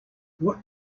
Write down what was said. what